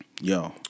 Yo